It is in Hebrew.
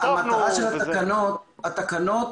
התקנות,